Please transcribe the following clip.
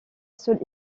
seule